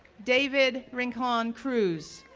david rincon-cruz,